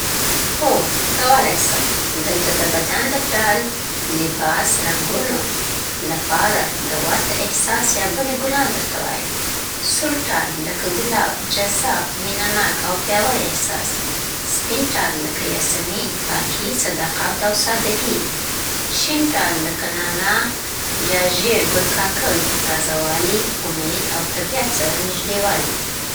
هو، کولی سم. دلته د بدن د ټال يعنې لباس رنګونو لپاره د ورته احساس یا بڼې ګلان درته وایم: سور ټال لکه ګلاب: جذاب، مینه ناک او پیاوړی احساس. سپین ټال لکه یاسمین: پاکي، صداقت او سادګي. شین ټال لکه نعنا یا ژیړ ګل کاکل: تازه‌والی، امید او طبیعت سره نږدېوالی.